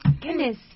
Goodness